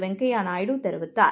வெங்கய்யநாயுடுதெரிவித்தார்